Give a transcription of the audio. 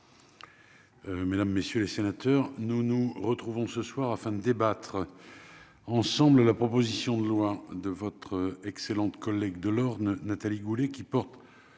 Mesdames, messieurs les sénateurs, nous nous retrouvons ce soir afin de débattre ensemble la proposition de loi de votre excellente collègue de l'Orne Nathalie Goulet, qui porte